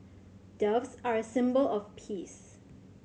doves are a symbol of peace